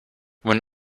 when